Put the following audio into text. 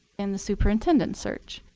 in the superintendent search.